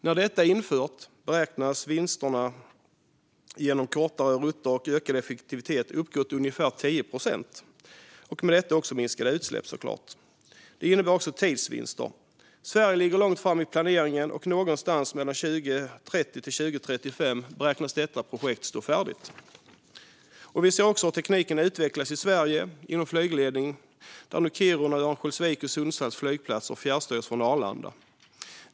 När det är infört beräknas vinsterna genom kortare rutter och ökad effektivitet uppgå till ungefär 10 procent - och med detta också minskade utsläpp. Det innebär också tidsvinster. Sverige ligger långt fram i planeringen, och någonstans mellan 2030 och 2035 beräknas detta projekt stå färdigt. Vi ser också hur tekniken inom flygledning utvecklas i Sverige där nu Kirunas, Örnsköldsviks och Sundsvalls flygplatser fjärrstyrs från Arlanda.